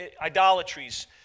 idolatries